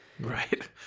right